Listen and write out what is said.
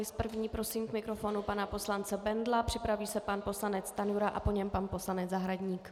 S první prosím k mikrofonu pana poslance Bendla, připraví se pan poslanec Stanjura a po něm pan poslanec Zahradník.